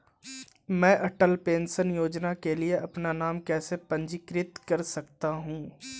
मैं अटल पेंशन योजना के लिए अपना नाम कैसे पंजीकृत कर सकता हूं?